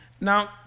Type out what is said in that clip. Now